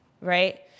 right